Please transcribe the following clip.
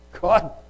God